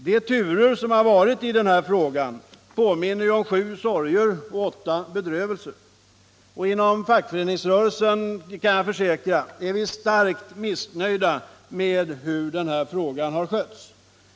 De turer som har varit i den här frågan påminner om sju sorger och åtta bedrövelser, och inom fackföreningsrörelsen, det kan jag försäkra, är vi starkt missnöjda med hur frågan har skötts.